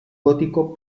gótico